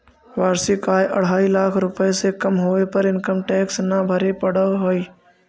वार्षिक आय अढ़ाई लाख रुपए से कम होवे पर इनकम टैक्स न भरे पड़ऽ हई